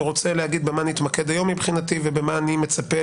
אני רוצה להגיד במה מבחינתי נתמקד היום ובמה אני מצפה